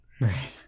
right